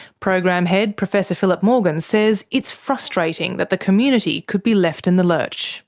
program head, professor philip morgan, says it's frustrating that the community could be left in the lurch.